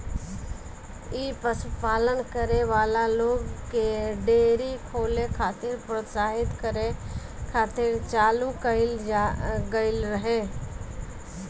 इ पशुपालन करे वाला लोग के डेयरी खोले खातिर प्रोत्साहित करे खातिर चालू कईल गईल रहे